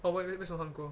!wah! 为为什么韩国